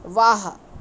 वाह